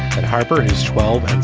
and harper, whose? twelve.